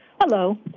Hello